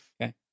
Okay